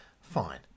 fine